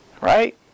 Right